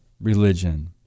religion